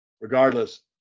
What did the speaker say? Regardless